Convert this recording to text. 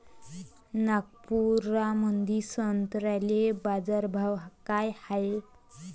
नागपुरामंदी संत्र्याले बाजारभाव काय हाय?